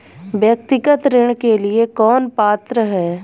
व्यक्तिगत ऋण के लिए कौन पात्र है?